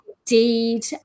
Indeed